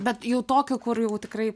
bet jau tokio kur jau tikrai